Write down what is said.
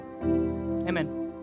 Amen